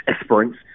Esperance